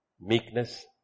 Meekness